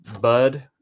Bud